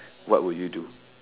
what would you do